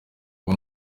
ubu